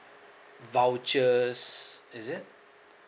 vouchers is it